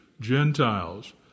Gentiles